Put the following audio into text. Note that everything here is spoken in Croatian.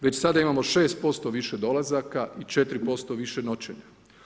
Već sada imamo 6% više dolazaka i 4% više noćenja.